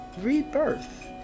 rebirth